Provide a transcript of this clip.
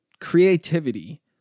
creativity